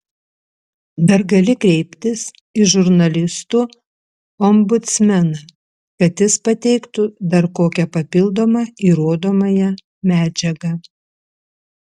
dar gali kreiptis į žurnalistų ombudsmeną kad jis pateiktų dar kokią papildomą įrodomąją medžiagą